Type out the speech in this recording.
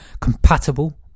compatible